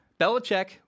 Belichick